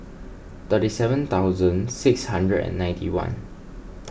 thirty seven thousand six hundred and ninety one